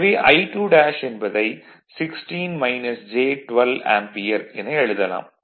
எனவே I2 என்பதை ampere என எழுதலாம்